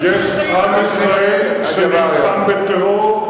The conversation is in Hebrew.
יש עם ישראל שנלחם בטרור,